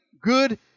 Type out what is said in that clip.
good